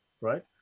right